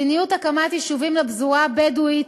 מדיניות הקמת יישובים לפזורה הבדואית,